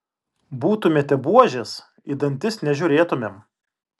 būtumėte buožės į dantis nežiūrėtumėm